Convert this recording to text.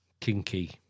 Kinky